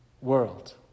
world